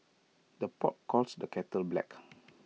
the pot calls the kettle black